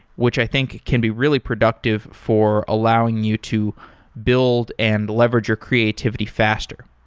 which i think can be really productive for allowing you to build and leverage your creativity faster.